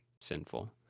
sinful